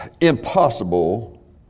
impossible